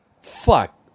Fuck